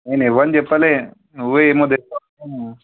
నేను ఎవ్వరిని చెప్పలేదు నువ్వే ఏమో